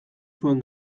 zuen